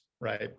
right